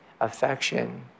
affection